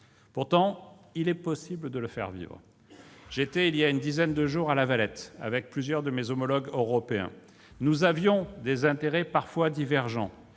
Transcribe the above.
Pourtant, il est possible de les faire vivre. J'étais la semaine dernière à La Valette avec plusieurs de mes homologues européens. Nous avions des intérêts parfois divergents,